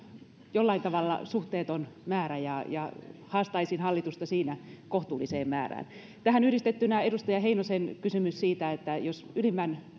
jollain tavalla suhteeton määrä ja haastaisin hallitusta siinä kohtuulliseen määrään tähän yhdistettynä edustaja heinosen kysymys siitä että jos ylimmän